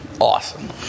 Awesome